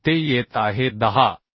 तर ते येत आहे 10